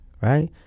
right